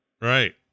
right